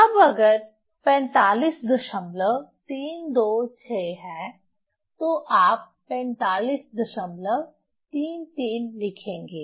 अब अगर 45326 है तो आप 4533 लिखेंगे